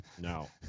No